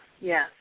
yes